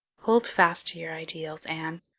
hold fast to your ideals, anne.